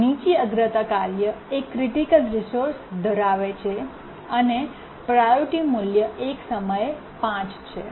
અહીં નીચી અગ્રતા કાર્ય એક ક્રિટિકલ રિસોર્સ ધરાવે છે અને પ્રાયોરિટી મૂલ્ય એક સમયે 5 છે